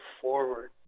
forward